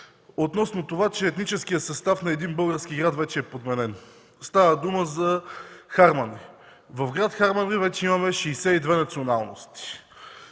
относно това, че етническият състав на един български град вече е подменен. Става дума за Харманли. В град Харманли вече имаме 62 националности.